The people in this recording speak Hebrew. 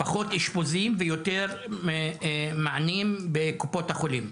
פחות אשפוזים ויותר מענים בקופות החולים,